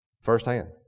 Firsthand